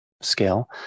scale